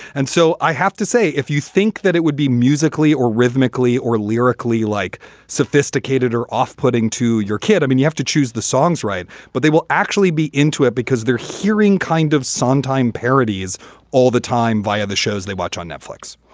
and so i have to say, if you think that it would be musically or rhythmically or lyrically, like sophisticated or off-putting to your kid, i mean, you have to choose the songs. right. but they will actually be into it because they're hearing kind of sondheim parodies all the time via the shows they watch on netflix.